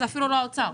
זה אפילו לא האוצר.